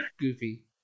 Goofy